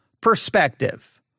perspective